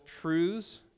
truths